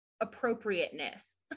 appropriateness